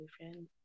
boyfriend